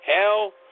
hell